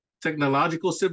Technological